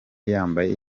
yambaye